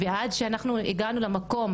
ועד שאנחנו הגענו למקום,